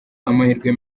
amahirwe